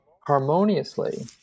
harmoniously